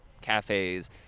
cafes